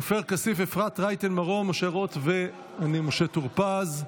עופר כסיף, אפרת רייטן מרום, משה רוט ומשה טור פז.